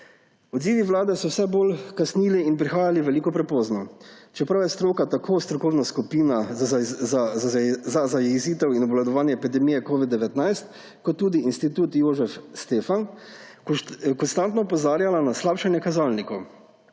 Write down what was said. Odzivi vlade so vse bolj kasnili in prihajali veliko prepozno, čeprav je stroka, tako strokovna skupina za zajezitev in obvladovanje epidemije covida-19 kot tudi Institut Jožef Stefan, konstantno opozarjala na slabšanje kazalnikov.